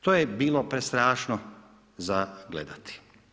To je bilo prestrašno za gledati.